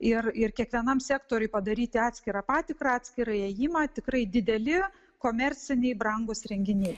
ir ir kiekvienam sektoriui padaryti atskirą patikrą atskirą įėjimą tikrai dideli komerciniai brangūs renginiai